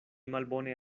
malbone